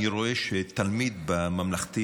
אני רואה שעבור תלמיד בממלכתי,